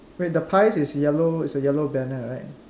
wait the pies is yellow it's a yellow banner right